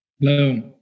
Hello